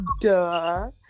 duh